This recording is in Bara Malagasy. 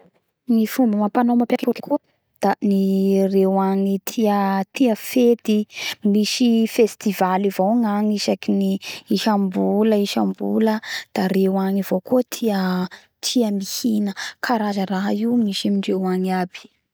Ny fomba amampanao mapiavaky any Portugaly koa da reo agny tia tia fety misy festival avao gnagny isaky ny isambola isambola da reo agny avao kua tia tia mihina karaza raha io misy amindreo agny aby